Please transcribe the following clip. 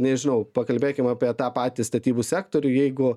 nežinau pakalbėkim apie tą patį statybų sektorių jeigu